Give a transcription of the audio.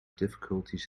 difficulties